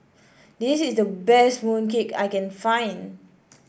this is the best mooncake I can find